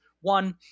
one